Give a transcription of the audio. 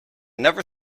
never